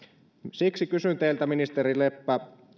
siksi kysyn teiltä ministeri leppä